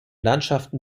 landschaften